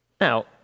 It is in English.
Now